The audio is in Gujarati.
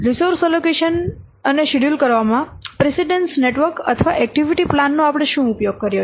રિસોર્સ એલોકેશન અને શેડ્યૂલ કરવામાં પ્રિસીડન્સ નેટવર્ક અથવા એક્ટિવિટી પ્લાન નો આપણે શું ઉપયોગ કર્યો છે